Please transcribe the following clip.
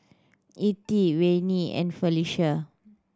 Ethie Wayne and